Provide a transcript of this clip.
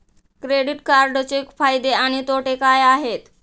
Credit कार्डचे फायदे आणि तोटे काय आहेत?